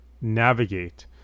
navigate